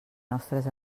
nostres